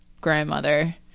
grandmother